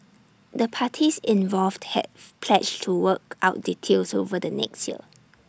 the parties involved have pledged to work out details over the next year